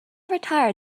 retire